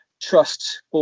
trust